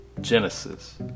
genesis